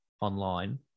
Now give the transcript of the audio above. online